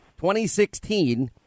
2016